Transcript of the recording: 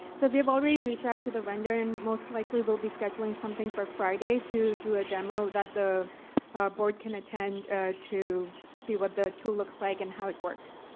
so we have already reached out to the vendor, and most likely we will be scheduling something for friday to do a demo that the board can attend to see what the tool looks like and how it works.